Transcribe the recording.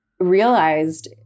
realized